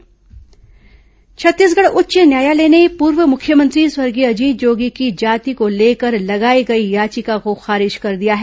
जोगी याचिका खारिज छत्तीसगढ़ उच्च न्यायालय ने पूर्व मुख्यमंत्री स्वर्गीय अजीत जोगी की जाति को लेकर लगाई गई याचिका को खारिज कर दिया है